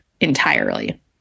entirely